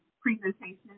presentation